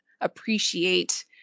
appreciate